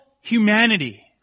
humanity